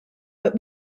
but